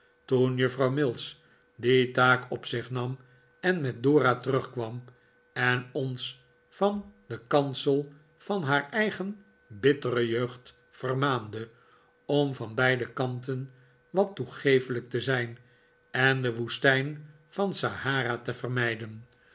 toen juffrouw mills die taak op zich nam en met dora terugkwam en ons van den kansel van haar eigen bittere jeugd vermaande om van beide kanten wat toegeeflijk te zijn en de woestijn van sahara te vermijden